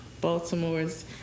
Baltimore's